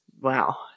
Wow